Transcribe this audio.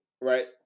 Right